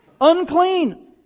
Unclean